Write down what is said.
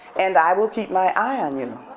and i will keep my eye on you,